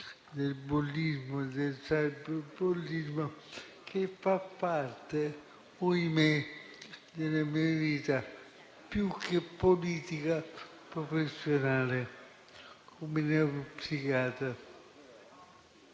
del bullismo e del cyberbullismo, che fa parte - ohimè - della mia vita, più che politica professionale, di neuropsichiatra.